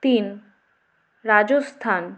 তিন রাজস্থান